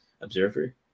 observer